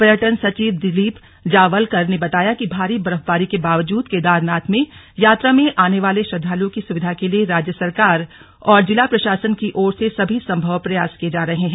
पर्यटन सचिव दिलीप जावलकर ने बताया कि भारी बर्फबारी के बावजूद केदारनाथ में यात्रा में आने वाले श्रद्वालुओं की सुविधा के लिए राज्य सरकार और जिला प्रशासन की ओर से सभी सम्भव प्र यास किये जा हैं